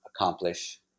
accomplish